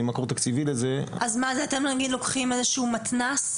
אתם לוקחים איזשהו מתנ"ס?